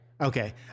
Okay